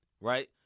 right